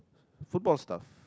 football stuff